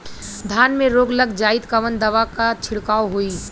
धान में रोग लग जाईत कवन दवा क छिड़काव होई?